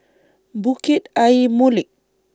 Bukit Ayer Molek